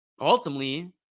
ultimately